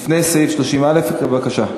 לפני סעיף 30א. בבקשה.